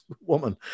woman